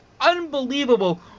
unbelievable